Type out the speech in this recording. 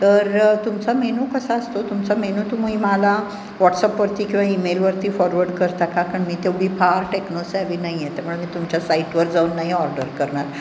तर तुमचा मेन्यू कसा असतो तुमचा मेनू तुम्ही मला व्हॉट्सअपवरती किंवा ईमेलवरती फॉर्वर्ड करता का कारण मी तेवढी फार टेक्नोसॅव्ही नाही आहे त्यामुळे मी तुमच्या साईटवर जाऊन नाही ऑर्डर करणार